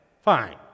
fine